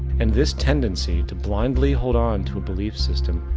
and this tendency to blindly hold on to a belief system,